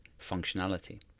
functionality